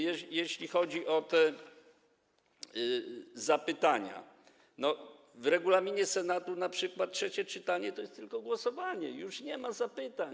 Jeśli chodzi o te zapytania, w regulaminie Senatu np. trzecie czytanie to jest tylko głosowanie, już nie ma zapytań.